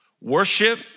Worship